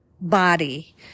body